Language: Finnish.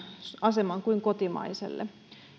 aseman kuin kotimaiselle